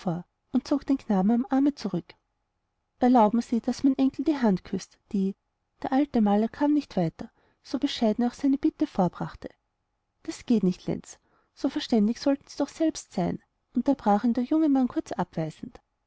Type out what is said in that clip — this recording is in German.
und zog den knaben am arme zurück erlauben sie daß mein enkel die hand küßt die der alte maler kam nicht weiter so bescheiden er auch seine bitte vorbrachte das geht nicht lenz so verständig sollten sie doch selbst sein unterbrach ihn der junge mann kurz abweisend